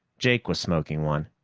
jake was smoking one,